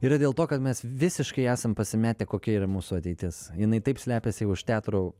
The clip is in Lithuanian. yra dėl to kad mes visiškai esam pasimetę kokia yra mūsų ateitis jinai taip slepiasi už teatro